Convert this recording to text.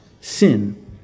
sin